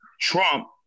Trump